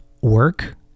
work